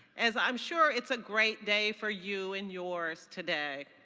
as i'm sure it's a great day for you and yours today.